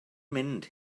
mynd